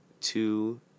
two